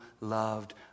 loved